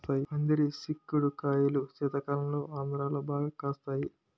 పందిరి సిక్కుడు కాయలు శీతాకాలంలో ఆంధ్రాలో బాగా కాస్తాయి